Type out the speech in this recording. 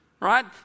Right